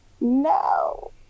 no